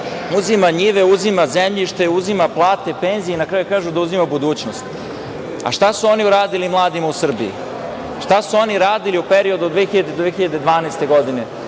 uzima njiva, uzima zemljište, uzima plate i penzije i na kraju kažu da uzima budućnost. Šta su oni uradili mladima u Srbiji? Šta su radili u periodu od 2000. do 2012. godine?